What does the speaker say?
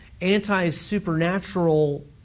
anti-supernatural